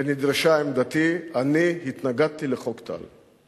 ונדרשה עמדתי, התנגדתי לחוק טל.